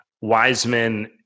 Wiseman